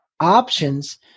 options